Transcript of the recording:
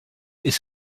ist